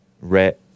red